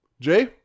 Jay